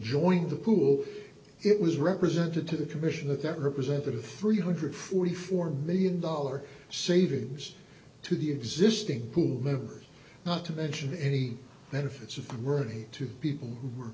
joins the pool it was represented to the commission that that representative three hundred forty four million dollar savings to the existing pool members not to mention any benefits of gravity to people who were